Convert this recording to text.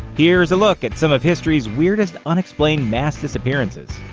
here's a look at some of history's weirdest unexplained mass disappearances.